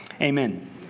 amen